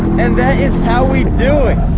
and that is how we do it!